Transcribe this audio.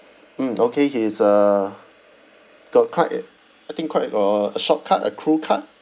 mm okay he's a got cut uh I think quite a a short cut a crew cut